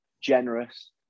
generous